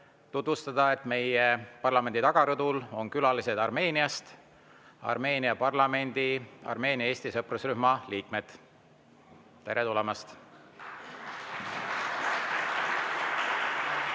et meie [saali] tagarõdul on külalised Armeeniast, Armeenia parlamendi Armeenia-Eesti sõprusrühma liikmed. Tere tulemast!